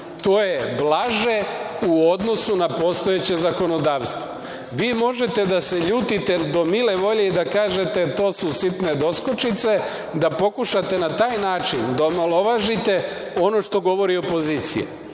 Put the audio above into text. To je blaže u odnosu na postojeće zakonodavstvo.(Aleksandra Tomić: Nije tačno.)Vi možete da se ljutite do mile volje i da kažete to su sitne doskočice, da pokušate da na taj način da omalovažite ono što govori opozicija,